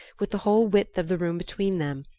with the whole width of the room between them,